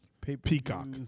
Peacock